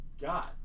God